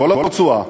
כל הרצועה,